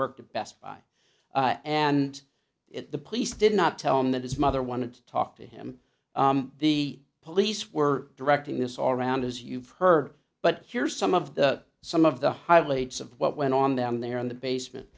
worked at best buy and it the police did not tell him that his mother wanted to talk to him the police were directing this all round as you've heard but here's some of the some of the highlights of what went on down there in the basement